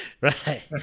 right